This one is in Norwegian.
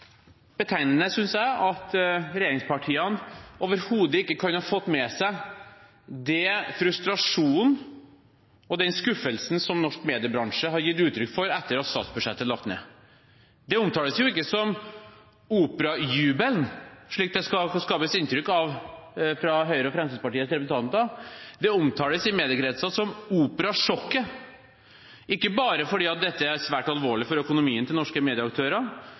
betegnende, synes jeg, at regjeringspartiene overhodet ikke kan ha fått med seg den frustrasjonen og den skuffelsen som norsk mediebransje har gitt uttrykk for etter at statsbudsjettet ble lagt fram. Det omtales ikke som «operajubel», slik det skapes inntrykk av fra Høyres og Fremskrittspartiets representanter. Det omtales i mediekretser som «operasjokket», ikke bare fordi dette er svært alvorlig for økonomien til norske medieaktører,